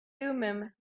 thummim